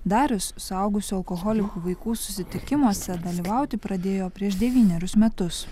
darius suaugusių alkoholikų vaikų susitikimuose dalyvauti pradėjo prieš devynerius metus